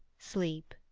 sleep.